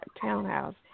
townhouse